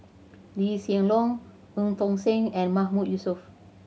Lee Hsien Loong Eu Tong Sen and Mahmood Yusof